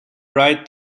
write